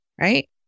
right